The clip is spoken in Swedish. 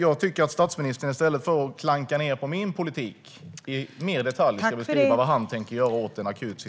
Jag tycker att statsministern, i stället för att klanka på min politik, mer i detalj ska beskriva vad han tänker göra åt en akut situation.